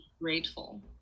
grateful